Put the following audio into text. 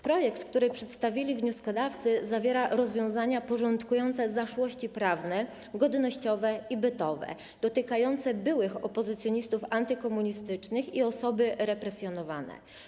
Projekt ustawy, który przedstawili wnioskodawcy, zawiera rozwiązania porządkujące zaszłości prawne, godnościowe i bytowe, dotykające byłych opozycjonistów antykomunistycznych i osoby represjonowane.